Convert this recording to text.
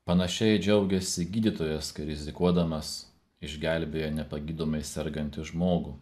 panašiai džiaugiasi gydytojas kai rizikuodamas išgelbėja nepagydomai sergantį žmogų